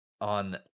on